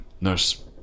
Nurse